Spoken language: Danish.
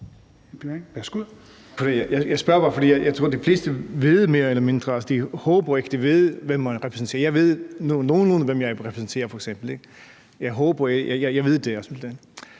Jeg spørger bare, for de fleste ved mere eller mindre, altså de håber ikke, for de ved, hvem de repræsenterer. Jeg ved nogenlunde, hvem jeg repræsenterer – jeg håber det ikke,